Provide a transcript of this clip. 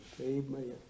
Amen